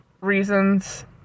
reasons